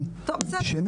טלי, שנייה.